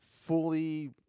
fully